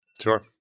Sure